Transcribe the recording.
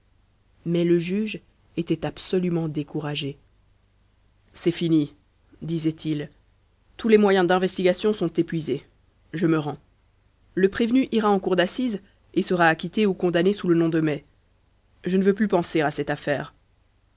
mais le juge était absolument découragé c'est fini disait-il tous les moyens d'investigations sont épuisés je me rends le prévenu ira en cour d'assises et sera acquitté ou condamné sous le nom de mai je ne veux plus penser à cette affaire